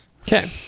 Okay